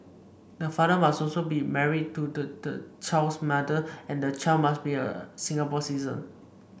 the father must also be married to the the child's mother and the child must be a Singapore citizen